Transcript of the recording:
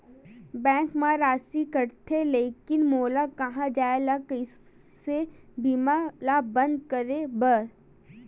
Bank मा राशि कटथे लेकिन मोला कहां जाय ला कइसे बीमा ला बंद करे बार?